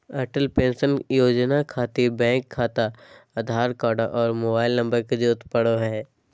Atal pension योजना खातिर bank खाता आधार कार्ड आर मोबाइल नम्बर के जरूरत परो हय